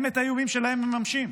הם, את האיומים שלהם מממשים.